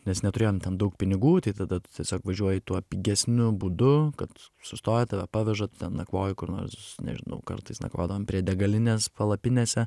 nes neturėjome ten daug pinigų tai tada tu tiesiog važiuoji tuo pigesniu būdu kad sustoja tave paveža nakvoji kur nors nežinau kartais nakvodavom prie degalinės palapinėse